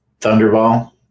Thunderball